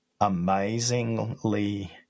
amazingly